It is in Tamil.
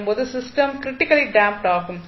எனும் போது சிஸ்டம் க்ரிட்டிக்கல்லி டேம்ப்டு ஆகும்